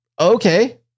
Okay